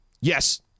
yes